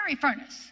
furnace